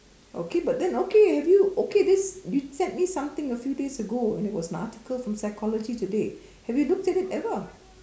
okay but then okay have you okay this you sent me something a few days ago and it was an article from Psychology Today have you looked at it ever